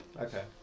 Okay